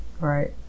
right